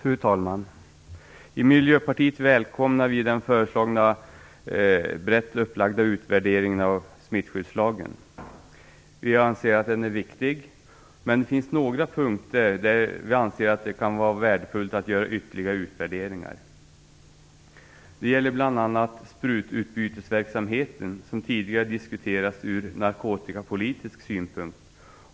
Fru talman! Vi i Miljöpartiet välkomnar den föreslagna brett upplagda utvärderingen av smittskyddslagen. Vi anser att den är viktig, men det finns några punkter där vi anser att det kan vara värdefullt att göra ytterligare utvärderingar. Det gäller bl.a. sprututbytesverksamheten som tidigare har diskuterats ur narkotikapolitisk synpunkt.